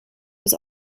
was